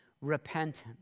repentance